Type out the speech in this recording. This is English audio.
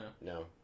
No